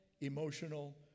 emotional